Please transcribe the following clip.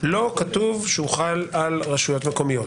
לא כתוב שהוא חל על רשויות מקומיות.